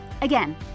Again